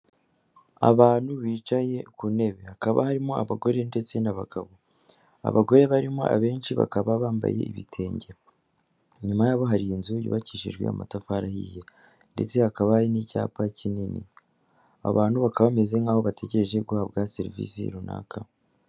Abantu bicaye ku ntebe, hakaba harimo abagore ndetse n'abagabo, abagore barimo abenshi bakaba bambaye ibitenge, inyuma yabo hari inzu yubakishijwe amatafari ahiye ndetse hakaba hari n'icyapa kinini, abantu bakaba bameze nk'aho bategereje guhabwa serivisi runaka.